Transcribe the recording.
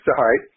Sorry